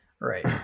right